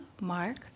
Mark